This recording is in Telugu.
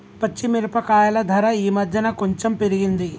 పచ్చి మిరపకాయల ధర ఈ మధ్యన కొంచెం పెరిగింది